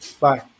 Bye